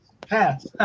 pass